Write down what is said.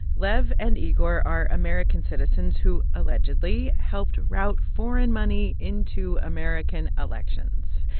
lev and igor are american citizens, who, allegedly, helped route foreign money into american elections.